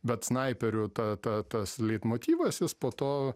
bet snaiperių ta ta tas leitmotyvas jis po to